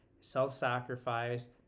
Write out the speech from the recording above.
self-sacrifice